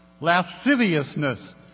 Lasciviousness